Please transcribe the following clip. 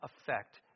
effect